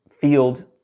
field